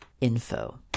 info